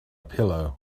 pillow